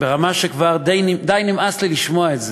זה ברמה שכבר די נמאס לי לשמוע את זה,